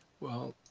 well,